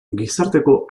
gizarteko